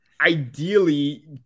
ideally